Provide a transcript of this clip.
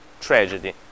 tragedy